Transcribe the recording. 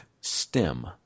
STEM